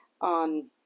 on